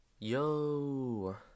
yo